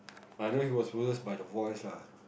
I know he was verse by the voice lah